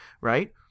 right